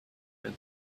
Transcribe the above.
and